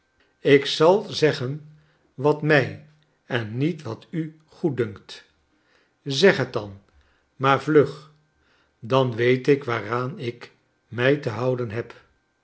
ik zal zeggen wat mij en niet wat u goeddunkt zeg het dan maar vlug dan weet ik waaraan ik mij te houden heb